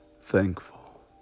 thankful